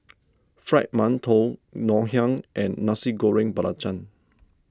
Fried Mantou Ngoh Hiang and Nasi Goreng Belacan